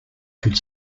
could